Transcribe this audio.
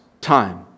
time